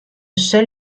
seul